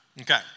Okay